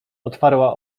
otwarła